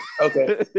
Okay